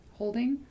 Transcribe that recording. holding